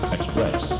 Express